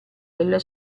della